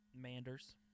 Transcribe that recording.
Manders